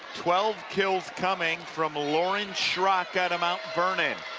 twelve kills coming from lauren schrock out of mount vernon.